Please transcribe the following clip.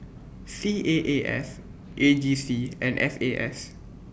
C A A S A G C and F A S